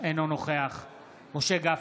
אינו נוכח משה גפני,